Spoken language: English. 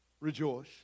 Rejoice